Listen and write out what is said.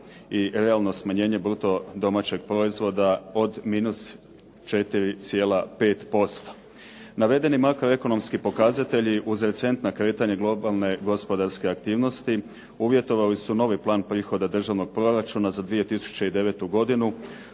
i realno smanjenje bruto domaćeg proizvoda od -4,5%. Navedeni makroekonomski pokazatelji uz recentna kretanja globalne gospodarske aktivnosti uvjetovali su novi Plan prihoda Državnog proračuna za 2009. godinu